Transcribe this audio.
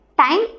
Time